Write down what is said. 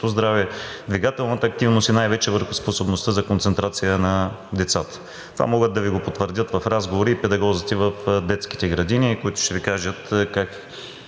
здраве, двигателната активност и най-вече върху способността за концентрация на децата. Това могат да Ви го потвърдят в разговори и педагозите в детските градини, които ще Ви кажат какви